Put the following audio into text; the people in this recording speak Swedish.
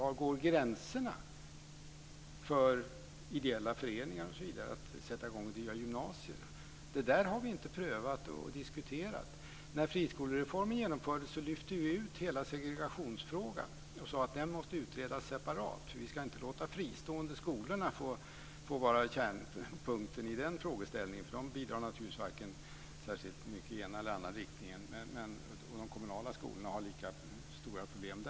Var går gränserna för ideella föreningar osv. att driva gymnasier? Det har vi inte diskuterat. När friskolereformen genomfördes lyfte vi ut hela segregationsfrågan och sade att den måste utredas separat. Vi ska inte låta de fristående skolorna vara kärnpunkten i den frågan. De bidrar naturligtvis inte särskilt mycket i vare sig ena eller andra riktningen. De kommunala skolorna har lika stora problem.